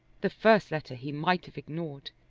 the first letter he might have ignored.